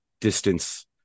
distance